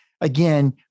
again